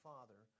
Father